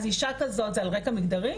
אז אישה כזאת זה על רקע מגדרי?